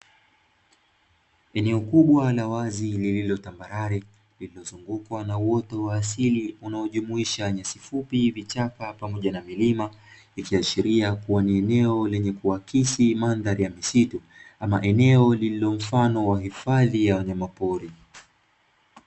Eneo kubwa la wazi lililo tambarare lililozungukwa na uoto wa asili unaojumuisha nyasi fupi, vichaka pamoja na milima ikiashiria kuwa ni eneo lenye kuaksi mandhari ya misitu ama eneo lililo mfano wa hifadhi ya wanyama pori.